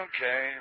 Okay